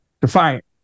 Defiant